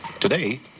Today